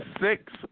six